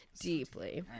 deeply